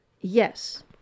yes